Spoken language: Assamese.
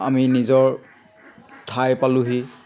আমি নিজৰ ঠাই পালোহি